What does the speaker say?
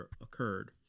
occurred